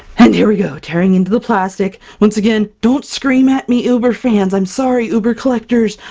and here we go, tearing into the plastic. once again, don't scream at me, uber-fans! i'm sorry uber-collectors!